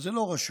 אז זה לא רשום,